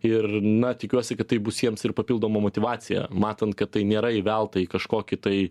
ir na tikiuosi kad tai bus jiems ir papildoma motyvacija matant kad tai nėra įvelta į kažkokį tai